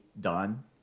done